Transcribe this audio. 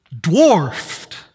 dwarfed